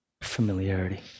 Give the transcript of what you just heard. familiarity